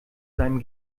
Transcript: seinem